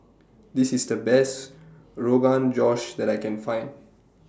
This IS The Best Rogan Josh that I Can Find